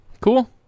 cool